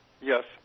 Yes